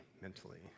mentally